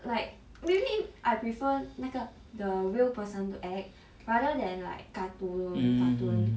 like maybe I prefer 那个 the real person to act rather than like cartoon cartoon